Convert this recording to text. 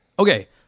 Okay